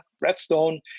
Redstone